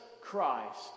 Christ